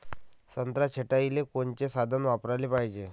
संत्रा छटाईले कोनचे साधन वापराले पाहिजे?